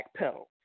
backpedal